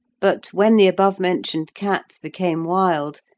but when the above-mentioned cats became wild,